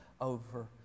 over